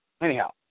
anyhow